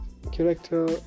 character